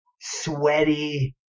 sweaty